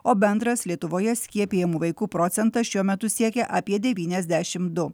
o bendras lietuvoje skiepijamų vaikų procentas šiuo metu siekia apie devyniasdešim du